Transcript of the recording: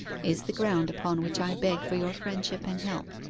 is the ground upon which i beg for your friendship and help,